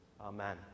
Amen